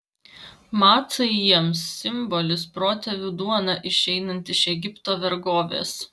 macai jiems simbolis protėvių duona išeinant iš egipto vergovės